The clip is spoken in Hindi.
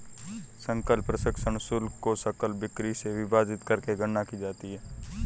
सकल प्रसंस्करण शुल्क को सकल बिक्री से विभाजित करके गणना की जाती है